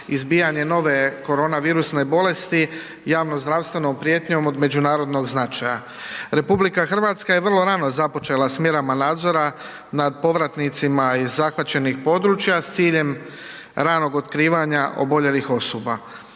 izbijanje nove koronavirusne bolesti javnozdravstvenom prijetnjom od međunarodnog značaja. RH je vrlo rano započela s mjerama nadzora nad povratnicima iz zahvaćenih područja s ciljem ranog otkrivanja oboljelih osoba.